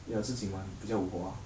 ya 自己买比较 wu hua